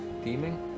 theming